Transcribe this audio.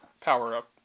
power-up